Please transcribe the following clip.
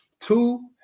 two